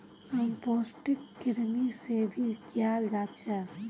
composting कृमि से भी कियाल जा छे